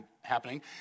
happening